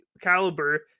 caliber